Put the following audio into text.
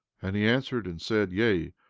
and he answered and said yea,